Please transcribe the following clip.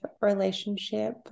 relationship